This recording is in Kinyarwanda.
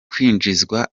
kwinjizwa